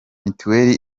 mitiweli